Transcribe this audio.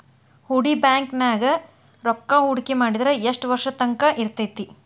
ಹೂಡಿ ಬ್ಯಾಂಕ್ ನ್ಯಾಗ್ ರೂಕ್ಕಾಹೂಡ್ಕಿ ಮಾಡಿದ್ರ ಯೆಷ್ಟ್ ವರ್ಷದ ತಂಕಾ ಇರ್ತೇತಿ?